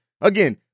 Again